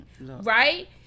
Right